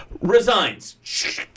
resigns